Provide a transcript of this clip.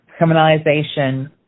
criminalization